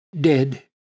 dead